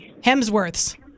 Hemsworths